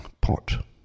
pot